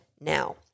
now